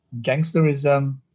gangsterism